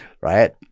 right